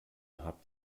habt